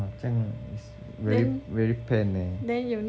!wah! 这样 is very very pain leh